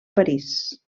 parís